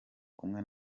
kumwe